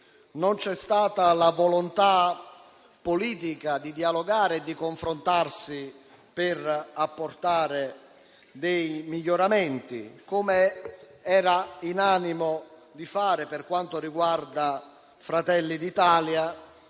non c'è stata la volontà politica di dialogare e di confrontarsi per apportare dei miglioramenti, come era in animo di fare Fratelli d'Italia,